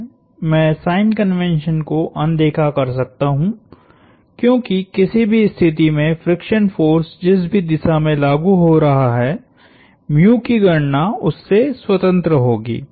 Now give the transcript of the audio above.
मैं sign convention को अनदेखा कर सकता हूं क्योंकि किसी भी स्थिति में फ्रिक्शन फोर्स जिस भी दिशा में लागु हो रहा हैकी गणना उससे स्वतंत्र होगी